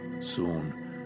Soon